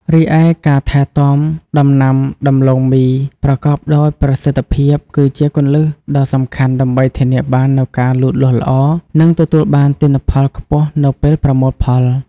រីឯការថែទាំដំណាំដំឡូងមីប្រកបដោយប្រសិទ្ធភាពគឺជាគន្លឹះដ៏សំខាន់ដើម្បីធានាបាននូវការលូតលាស់ល្អ និងទទួលបានទិន្នផលខ្ពស់នៅពេលប្រមូលផល។